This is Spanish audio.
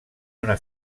una